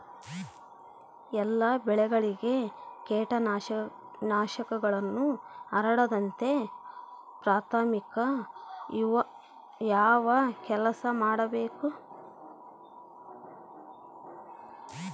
ಎಲ್ಲ ಬೆಳೆಗಳಿಗೆ ಕೇಟನಾಶಕಗಳು ಹರಡದಂತೆ ಪ್ರಾಥಮಿಕ ಯಾವ ಕೆಲಸ ಮಾಡಬೇಕು?